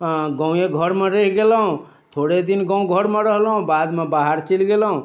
अऽ गाँवे घरमे रहि गेलहुँ थोड़े दिन गाँव घरमे रहलहुँ बादमे बाहर चलि गेलहुँ